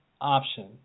option